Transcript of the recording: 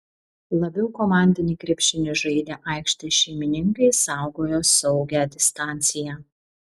labiau komandinį krepšinį žaidę aikštės šeimininkai saugojo saugią distanciją